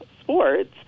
sports